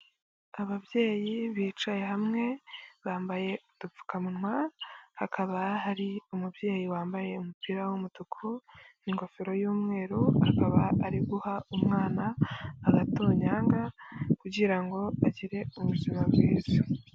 Ababyeyi bicaye hamwe bambaye udupfukamunwa hakaba hari umubyeyi wambaye umupira w'umutuku n'ingofero y'umweru akaba ari guha umwana agatonyanga kugirango agire ubuzima bwiza.